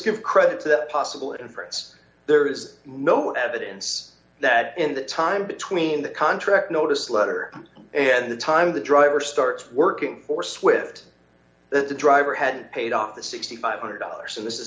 give credit to that possible inference there is no evidence that in the time between the contract notice letter and the time the driver starts working for swift that the driver had paid off the six thousand five hundred dollars and this is